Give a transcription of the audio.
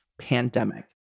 pandemic